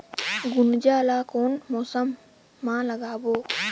गुनजा ला कोन मौसम मा लगाबो?